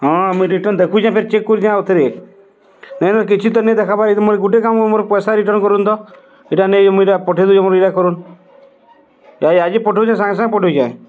ହଁ ମୁଁ ରିଟର୍ନ ଦେଖୁଛି ଫେରେ ଚେକ୍ କରୁଛି ଆଉ ଥରେ ନାଇଁ ନାଇଁ କିଛି ତ ନାଇଁ ଦେଖିବା ମୋର ଗୋଟେ କାମ ମୋର ପଇସା ରିଟର୍ନ କରନ୍ତୁ ଏଟା ନେଇକି ମୁଁ ପଠେଇ ଦେଉଛି କରୁ ଆାଇ ଆଜି ପଠଉଛି ସାଙ୍ଗେ ସାଙ୍ଗେ ପଠଉଛି